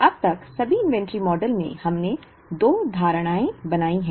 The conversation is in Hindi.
अब तक सभी इन्वेंट्री मॉडल में हमने दो धारणाएं बनाई हैं